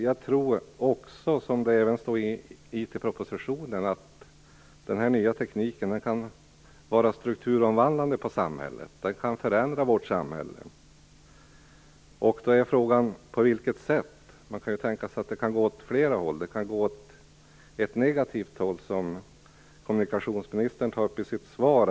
Jag tror, och det står att läsa om i IT propositionen, att den nya tekniken kan vara strukturomvandlande av samhället - den kan förändra vårt samhälle. Frågan är då: På vilket sätt? Man kan ju tänka sig att det går åt flera håll. Det kan ju gå i negativ riktning, som kommunikationsminstern nämner i sitt svar.